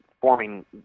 forming